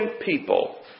people